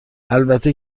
البته